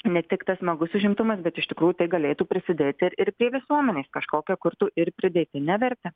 ne tik tas smagus užimtumas bet iš tikrųjų tai galėtų prisidėti ir prie visuomenės kažkokią kurtų ir pridėtinę vertę